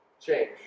change